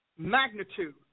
Magnitude